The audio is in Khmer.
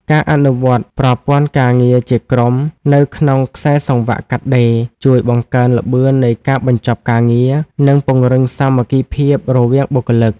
ការអនុវត្តប្រព័ន្ធការងារជាក្រុម នៅក្នុងខ្សែសង្វាក់កាត់ដេរ ជួយបង្កើនល្បឿននៃការបញ្ចប់ការងារ និងពង្រឹងសាមគ្គីភាពរវាងបុគ្គលិក។